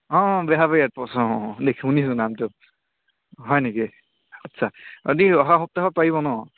অঁ অঁ বেহাৰবাৰী আউটপোষ্ট অঁ অঁ শুনি শুনিছোঁ নামটো হয় নেকি আচ্ছা আপুনি অহা সপ্তাহত পাৰিব ন'